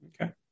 Okay